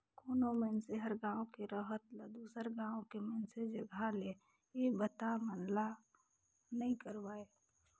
कोनो मइनसे हर गांव के रहत ल दुसर गांव के मइनसे जघा ले ये बता मन ला नइ करवाय